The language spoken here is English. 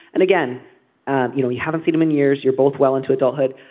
and again you know we haven't seen them in years. you're both well into adulthood.